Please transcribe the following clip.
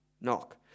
knock